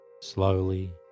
Slowly